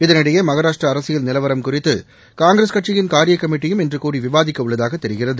இதனிடையே மகாராஷ்டிர அரசியல் நிலவரம் குறித்து காங்கிரஸ் கட்சியின் காரியக் கமிட்டியும் இன்று கூடி விவாதிக்கவுள்ளதாக தெரிகிறது